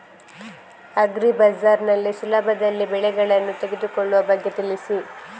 agri bazaar ನಲ್ಲಿ ಸುಲಭದಲ್ಲಿ ಬೆಳೆಗಳನ್ನು ತೆಗೆದುಕೊಳ್ಳುವ ಬಗ್ಗೆ ತಿಳಿಸಿ